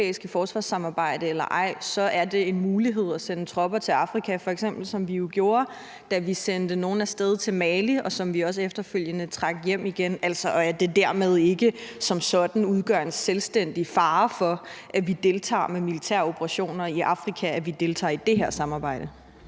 forsvarssamarbejde eller ej, er det en mulighed at sende tropper til Afrika – som vi jo f.eks. gjorde, da vi sendte nogle af sted til Mali, som vi også efterfølgende trak hjem igen – og at det, at vi deltager i det her samarbejde, dermed ikke som sådan udgør en selvstændig fare for, at vi deltager med militæroperationer i Afrika? Kl. 18:40 Fjerde næstformand